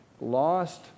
lost